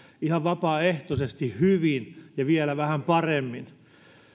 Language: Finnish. ihan vapaaehtoisesti hyvin ja vielä vähän paremmin